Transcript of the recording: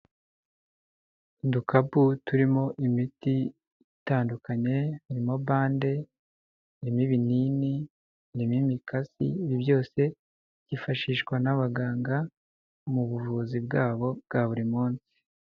Udukapu turimo imiti itandukanye, harimo bande, harimo ibinini, n'imikasi, ibi byose byifashishwa n'abaganga mu buvuzi bwabo bwa buri munsi.